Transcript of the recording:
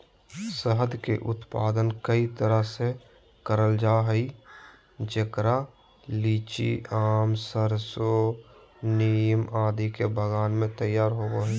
शहद के उत्पादन कई तरह से करल जा हई, जेकरा लीची, आम, सरसो, नीम आदि के बगान मे तैयार होव हई